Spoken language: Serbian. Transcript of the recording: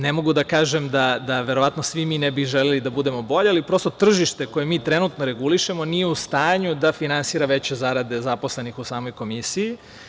Ne mogu da kažem da verovatno svi mi ne bi želeli da budemo bolje, ali prosto tržište koje mi trenutno regulišemo nije u stanju da finansira veće zarade zaposlenih u samoj Komisiji.